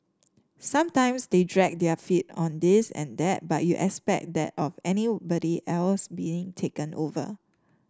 sometimes they dragged their feet on this and that but you expect that of anybody else being taken over